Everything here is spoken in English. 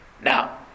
Now